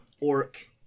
orc